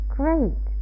great